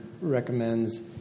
recommends